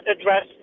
address